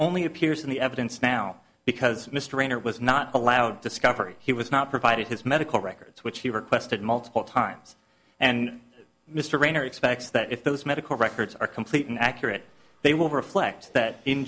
only appears in the evidence now because mr reiner was not allowed discovery he was not provided his medical records which he requested multiple times and mr reiner expects that if those medical records are complete and accurate they will reflect that in